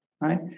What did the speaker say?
right